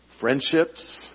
friendships